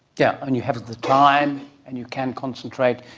yeah and you have the time and you can concentrate,